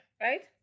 right